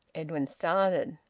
edwin started.